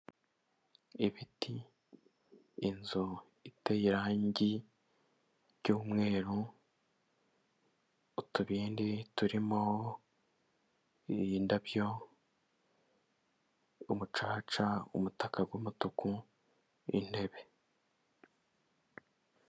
Ibiti, inzu iteye irangi ry'umweru, utubindi turimo indabyo, umucaca, umutaka w'umutuku, intebe.